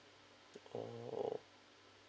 orh